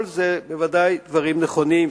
כל זה בוודאי דברים נכונים,